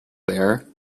there